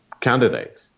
candidates